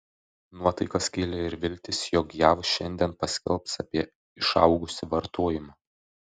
nuotaikas kėlė ir viltys jog jav šiandien paskelbs apie išaugusį vartojimą